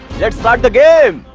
let's start the game.